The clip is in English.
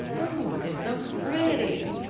oh, they're so pretty.